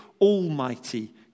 almighty